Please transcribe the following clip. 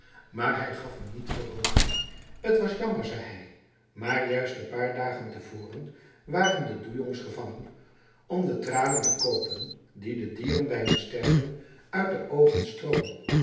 maar hij gaf hem niet veel hoop het was jammer zei hij maar juist een paar dagen tevoren waren de doejongs gevangen om de tranen te kopen die de dieren bij hun sterven uit de ogen stromen